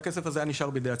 הכסף הזה היה נשאר בידי הציבור.